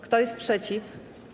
Kto jest przeciw?